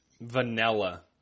vanilla